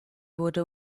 wurde